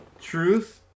Truth